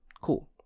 Cool